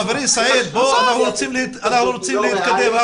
חברי סעיד, אנחנו רוצים להתקדם.